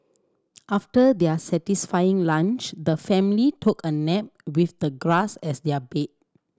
after their satisfying lunch the family took a nap with the grass as their bed